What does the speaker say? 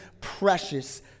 precious